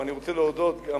אני רוצה להודות גם